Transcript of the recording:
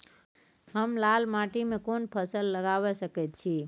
हम लाल माटी में कोन फसल लगाबै सकेत छी?